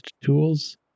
tools